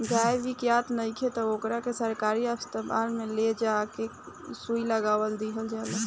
गाय बियात नइखे त ओकरा के सरकारी अस्पताल में ले जा के सुई लगवा दीहल जाला